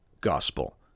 gospel